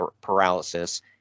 paralysis